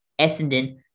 Essendon